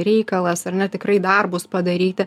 reikalas ar ne tikrai darbus padaryti